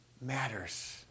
matters